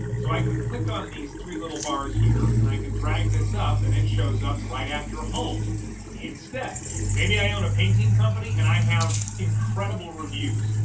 so i can click on these three little bars here and i can drag this up and it shows up right after home instead. maybe i i own a painting company and i have incredible reviews.